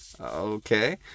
Okay